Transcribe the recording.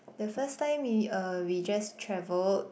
the first time we uh we just travelled